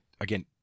again